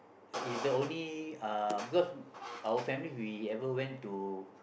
is the only uh because our family we ever went to